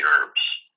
herbs